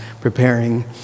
preparing